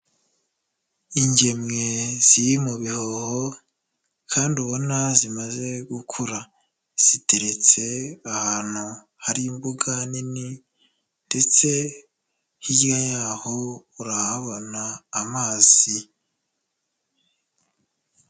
Ingemwe ziri mu bihoho kandi ubona zimaze gukura, ziteretse ahantu hari imbuga nini ndetse hirya y'aho urahabona amazi.